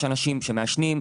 יש אנשים שמעשנים,